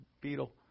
beetle